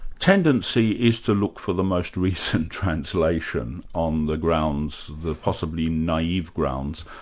tendency is to look for the most recent translation on the grounds, the possibly naive grounds,